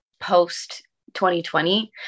post-2020